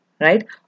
right